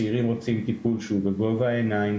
צעירים רוצים טיפול שהוא בגובה העיניים,